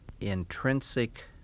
intrinsic